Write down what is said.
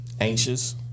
anxious